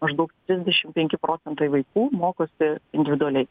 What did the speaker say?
maždaug trisdešim penki procentai vaikų mokosi individualiai